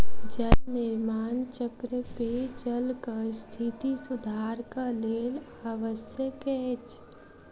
जल निर्माण चक्र पेयजलक स्थिति सुधारक लेल आवश्यक अछि